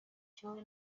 kimwe